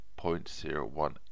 0.01